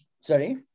Sorry